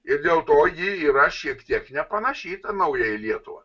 ir dėl to ji yra šiek tiek nepanaši į tą naująją lietuvą